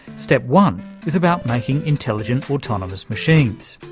step one is about making intelligent autonomous machines.